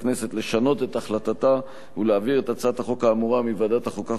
לכנסת לשנות את החלטתה ולהעביר את הצעת החוק האמורה מוועדת החוקה,